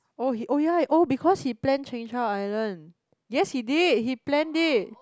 oh ya oh because he planned Cheung Chau island yes he did he planned it